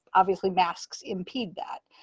obviously, masks impede that.